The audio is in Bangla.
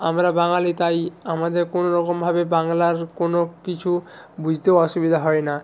আমরা বাঙালি তাই আমাদের কোনওরকমভাবে বাংলার কোনও কিছু বুঝতেও অসুবিধা হয় না